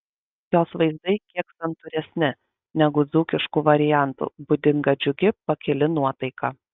jos vaizdai kiek santūresni negu dzūkiškų variantų būdinga džiugi pakili nuotaika